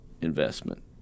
investment